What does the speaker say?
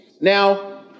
Now